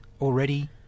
already